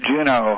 Juno